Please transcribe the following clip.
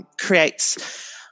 creates